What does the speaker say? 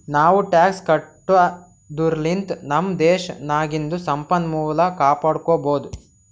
ನಾವೂ ಟ್ಯಾಕ್ಸ್ ಕಟ್ಟದುರ್ಲಿಂದ್ ನಮ್ ದೇಶ್ ನಾಗಿಂದು ಸಂಪನ್ಮೂಲ ಕಾಪಡ್ಕೊಬೋದ್